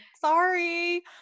sorry